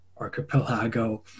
archipelago